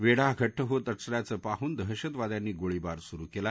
वळी घट्ट होत असल्याचं पाहून दहशतवाद्यांनी गोळीबार सुरु कला